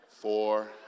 four